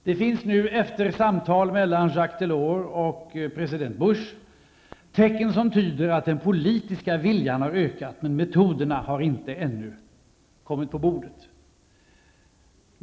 Det finns nu efter samtal mellan Jacques Delors och president Bush tecken som tyder på att den politiska viljan har ökat men att metoderna ännu inte har kommit på bordet.